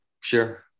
sure